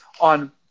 on